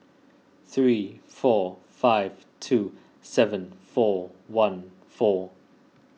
three four five two seven four one four